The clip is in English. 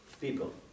people